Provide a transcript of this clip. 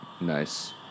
Nice